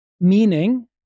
meaning